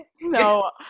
No